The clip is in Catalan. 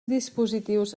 dispositius